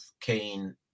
Kane